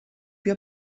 più